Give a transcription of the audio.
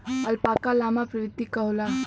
alpaca llama प्रवृत्ति क होला